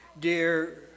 Dear